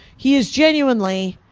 he is genuinely,